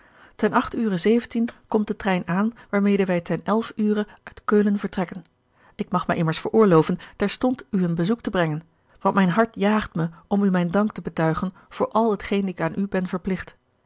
en ure komt de trein aan waarmede wij ten ure uit keulen vertrekken ik mag mij immers veroorloven terstond u een bezoek te brengen want mijn hart jaagt me om u mijn dank te betuigen voor al hetgeen ik aan u ben verplicht